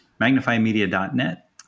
magnifymedia.net